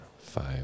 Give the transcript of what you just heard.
five